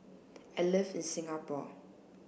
I live in Singapore